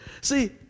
See